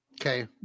Okay